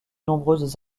nombreuses